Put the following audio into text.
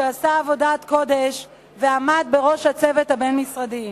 שעשה עבודת קודש ועמד בראש הצוות הבין-משרדי,